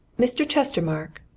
mr. chestermarke,